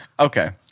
Okay